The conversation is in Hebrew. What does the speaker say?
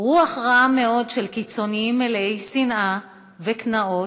רוח רעה מאוד של קיצונים מלאי שנאה וקנאות,